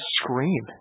scream